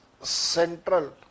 central